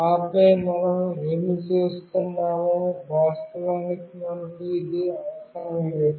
ఆపై మనం ఏమి చేస్తున్నామో వాస్తవానికి మనకు ఇది అవసరం లేదు